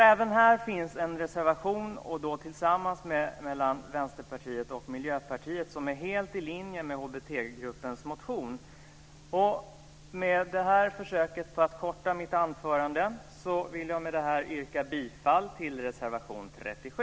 Även här finns en reservation, gemensam mellan Vänsterpartiet och Miljöpartiet, som är helt i linje med HBT-gruppens motion. Efter det här försöket att korta mitt anförande vill jag med detta yrka bifall till reservation 37.